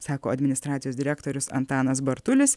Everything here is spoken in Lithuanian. sako administracijos direktorius antanas bartulis